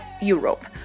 Europe